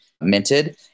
minted